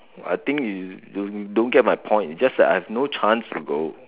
I think you you don't get my point just that I have no chance to go